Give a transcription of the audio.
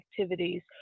activities